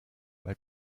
weil